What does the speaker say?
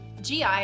GI